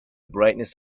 brightness